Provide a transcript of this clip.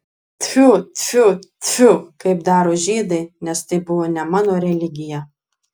tfiu tfiu tfiu kaip daro žydai nes tai buvo ne mano religija